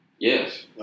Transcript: Yes